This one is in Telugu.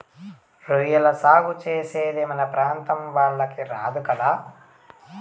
రొయ్యల సాగు చేసేది మన ప్రాంతం వాళ్లకి రాదు కదా